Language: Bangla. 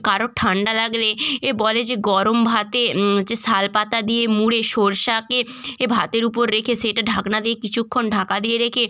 কারোর ঠান্ডা লাগলে এ বলে যে গরম ভাতে হচ্ছে শালপাতা দিয়ে মুড়ে সরষেকে এ ভাতের উপর রেখে সেটা ঢাকনা দিয়ে কিছুক্ষণ ঢাকা দিয়ে রেখে